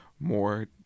more